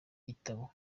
igitabo